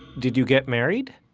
did you get married?